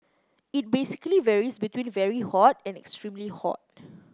it basically varies between very hot and extremely hot